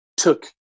Took